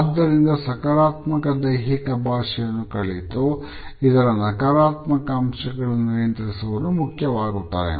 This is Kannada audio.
ಆದ್ದರಿಂದ ಸಕಾರಾತ್ಮಕ ದೈಹಿಕ ಭಾಷೆಯನ್ನು ಕಲಿತು ಇದರ ನಕಾರಾತ್ಮಕ ಅಂಶಗಳನ್ನು ನಿಯಂತ್ರಿಸುವುದು ಮುಖ್ಯವಾಗುತ್ತದೆ